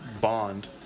bond